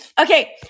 okay